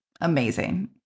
amazing